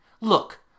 Look